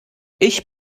ich